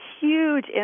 huge